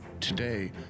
today